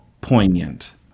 poignant